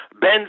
Ben